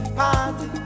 party